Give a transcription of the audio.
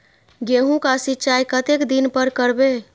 गेहूं का सीचाई कतेक दिन पर करबे?